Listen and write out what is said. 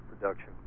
production